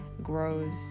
grows